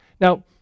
Now